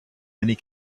many